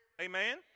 Amen